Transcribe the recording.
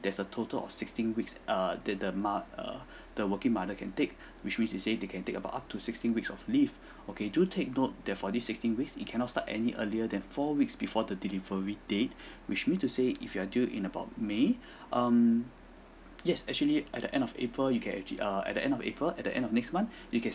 there's a total of sixteen weeks err that the moth~ err the working mother can take which mean to say they can take about up to sixteen weeks of leave okay do take note that for this sixteen week it cannot start any earlier than four weeks before the delivery date which mean to say if you are due in about may um yes actually at the end of april you can actually err at the end of april at the end of next month you can